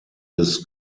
des